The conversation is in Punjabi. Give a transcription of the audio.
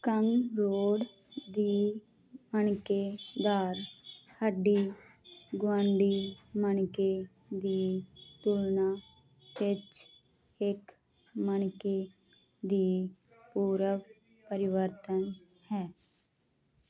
ਕੰਗਰੋੜ ਦੀ ਮਣਕੇ ਦਰ ਹੱਡੀ ਗੁਆਂਢੀ ਮਣਕੇ ਦੀ ਤੁਲਨਾ ਵਿੱਚ ਇੱਕ ਮਣਕੇ ਦੀ ਪੂਰਵ ਪਰਿਵਰਤਨ ਹੈ